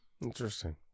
interesting